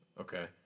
Okay